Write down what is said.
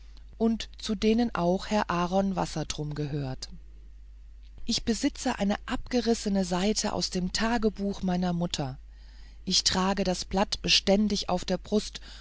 und zu denen auch herr aaron wassertrum gehört ich besitze eine abgerissene seite aus dem tagebuch meiner mutter ich trage das blatt beständig auf der brust